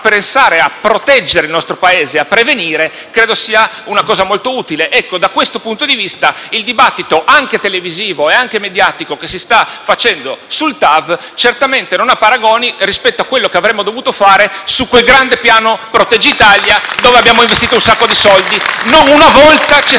a proteggere il nostro Paese e a prevenire credo che sia una cosa molto utile. Da questo punto di vista, il dibattito anche televisivo e mediatico che si sta facendo sul TAV certamente non ha paragoni rispetto a quello che avremmo dovuto fare su quel grande piano proteggi Italia *(Applausi dal Gruppo M5S)*su cui abbiamo investito tantissimi soldi. Non una volta ci è